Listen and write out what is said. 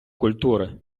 культури